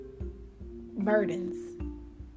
burdens